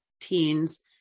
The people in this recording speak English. teens